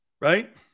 right